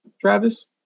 travis